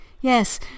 Yes